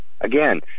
Again